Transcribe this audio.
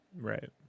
Right